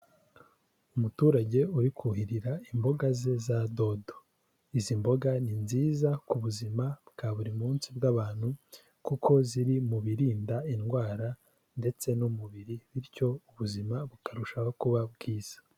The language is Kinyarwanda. Umuturage uri kuhirira imboga ze za dodo. Izi mboga ni nziza ku buzima bwa buri munsi bw'abantu kuko ziri mu birinda indwara ndetse n'umubiri bityo ubuzima bukarushaho kuba bwiza.